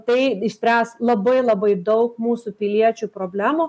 tai išspręs labai labai daug mūsų piliečių problemų